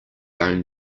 going